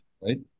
right